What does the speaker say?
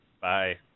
Bye